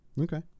Okay